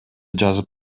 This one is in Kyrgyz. жазып